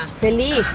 Feliz